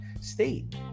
State